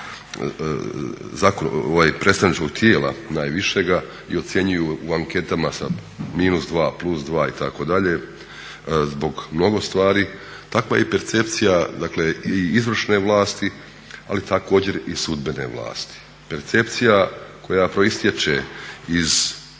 predstavničkog tijela najvišega i ocjenjuju u anketama sa -2, +2 itd. zbog mnogo stvari. Takva je i percepcija dakle i izvršne vlasti ali također i sudbene vlasti. Percepcija koja proistječe iz